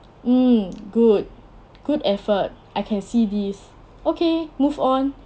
mm good good effort I can see this okay move on